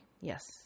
Yes